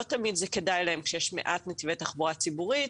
לא תמיד זה כדאי להם כשיש מעט נתיבי תחבורה ציבורית,